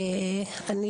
בוקר טוב,